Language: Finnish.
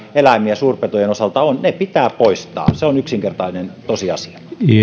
eläimiä suurpetojen osalta niin ne pitää poistaa se on yksinkertainen tosiasia